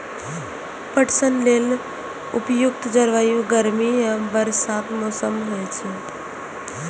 पटसन लेल उपयुक्त जलवायु गर्मी आ बरसातक मौसम होइ छै